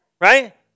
Right